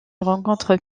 rencontre